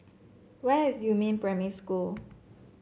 where is Yumin Primary School